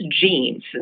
genes